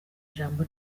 ijambo